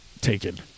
taken